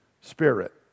spirit